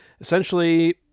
Essentially